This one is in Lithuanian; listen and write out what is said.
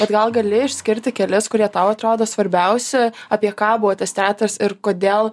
bet gal gali išskirti kelis kurie tau atrodo svarbiausi apie ką buvo tas teatras ir kodėl